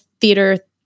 theater